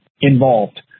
involved